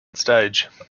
stage